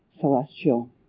celestial